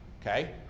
okay